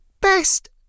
best